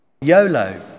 YOLO